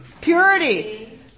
Purity